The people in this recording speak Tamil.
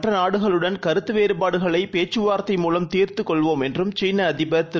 மற்றநாடுகளுடன்கருத்துவேறுபாடுகளைபேச்சுவார்த்தைமூலம்தீர்த்துகொள்வோம்எ ன்றும்சீனஅதிபர்திரு